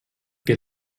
que